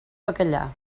bacallà